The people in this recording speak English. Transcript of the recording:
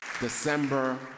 december